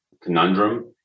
conundrum